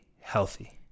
healthy